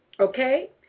okay